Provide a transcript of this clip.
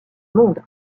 monde